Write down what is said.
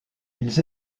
ils